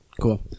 cool